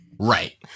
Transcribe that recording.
Right